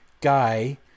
guy